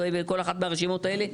וכל אחת מהרשימות האלה,